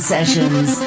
Sessions